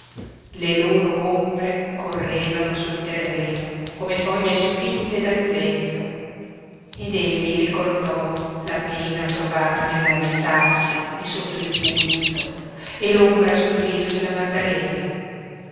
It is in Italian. le loro ombre correvano sul terreno come foglie spinte dal vento ed egli ricordò la pena provata nell'alzarsi di sotto il pulpito e l'ombra sul viso della maddalena